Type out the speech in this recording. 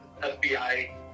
FBI